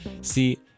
see